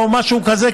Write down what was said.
או משהו כזה,